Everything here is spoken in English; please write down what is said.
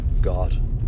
God